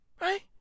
Right